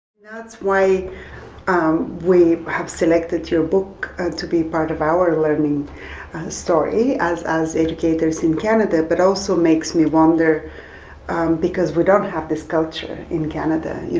that's why um we have selected your book to be part of our learning story as as educators in canada, but also makes me wonder because we don't have this culture in canada,